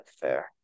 fair